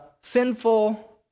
sinful